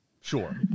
Sure